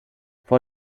vor